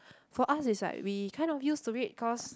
for us it's like we kind of used to it cause